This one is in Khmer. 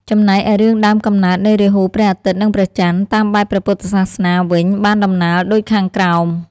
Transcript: ចំណែកឯរឿងដើមកំណើតនៃរាហូ ព្រះអាទិត្យ និងព្រះចន្ទ (តាមបែបព្រះពុទ្ធសាសនា)វិញបានតំណាល់ដូចខាងក្រោម។